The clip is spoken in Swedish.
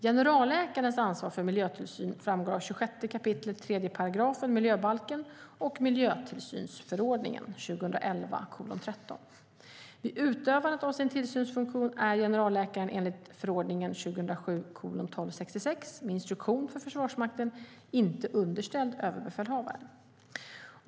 Generalläkarens ansvar för miljötillsyn framgår av 26 kap. 3 § miljöbalken och miljötillsynsförordningen . Vid utövandet av sin tillsynsfunktion är generalläkaren enligt förordningen med instruktion för Försvarsmakten inte underställd överbefälhavaren.